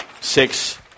six